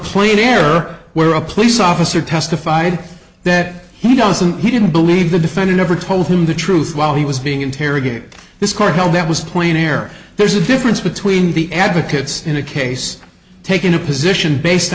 clean air where a police officer testified that he doesn't he didn't believe the defendant ever told him the truth while he was being interrogated this court now that was playing air there's a difference between the advocates in a case taking a position based